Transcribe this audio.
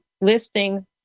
listing